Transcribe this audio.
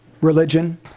religion